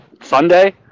Sunday